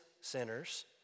sinners